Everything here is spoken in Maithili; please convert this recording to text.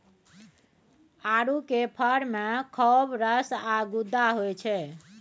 आड़ू केर फर मे खौब रस आ गुद्दा होइ छै